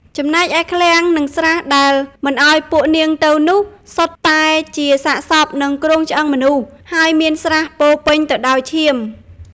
ចំណែកឯឃ្លាំង និងស្រះដែលមិនឲ្យពួកនាងទៅនោះ សុទ្ធតែជាសាកសព និងគ្រោងឆ្អឹងមនុស្ស ហើយមានស្រះពោរពេញទៅដោយឈាម។